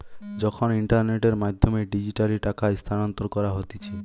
যখন ইন্টারনেটের মাধ্যমে ডিজিটালি টাকা স্থানান্তর করা হতিছে